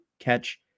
Catch